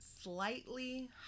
slightly